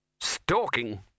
Stalking